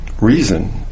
reason